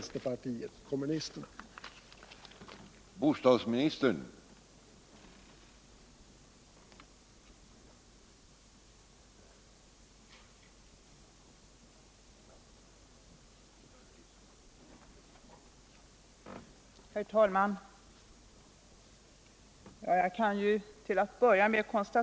Jag ber att få yrka bifall ull motionerna 1693 och 840.